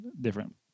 different